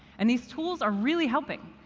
and these tools are really helping.